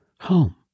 home